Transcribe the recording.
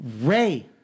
Ray